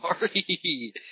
Sorry